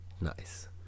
Nice